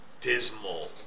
dismal